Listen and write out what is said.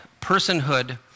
personhood